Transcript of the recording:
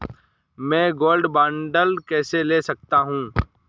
मैं gold bond कैसे ले सकता हूँ?